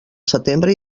setembre